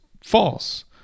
false